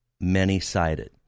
many-sided